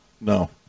no